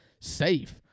safe